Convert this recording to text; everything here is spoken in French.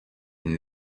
une